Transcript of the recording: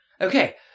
Okay